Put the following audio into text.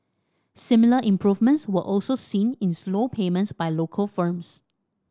similar improvements were also seen in slow payments by local firms